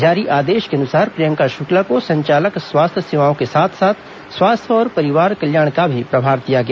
जारी आदेश के अनुसार प्रियंका शुक्ला को संचालक स्वास्थ्य सेवाओं के साथ साथ स्वास्थ्य और परिवार कल्याण का भी प्रभार दिया गया